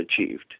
achieved